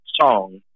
song